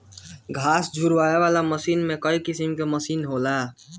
घास झुरवावे वाला मशीन में कईगो किसिम कअ मशीन होला